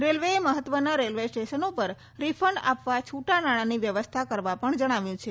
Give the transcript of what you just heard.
રેલવેએ મહત્વનાં રેલવે સ્ટેશનો પર રીફંડ આપવા છૂટા નાણાંની વ્યવસ્થા કરવા પણ જણાવ્યું છે